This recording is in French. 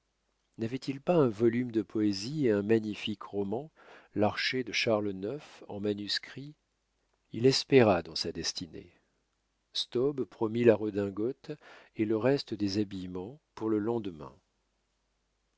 n'avait-il pas un volume de poésies et un magnifique roman l'archer de charles ix en manuscrit il espéra dans sa destinée staub promit la redingote et le reste des habillements pour le lendemain